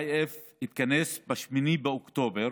ה-IF התכנס ב-8 באוקטובר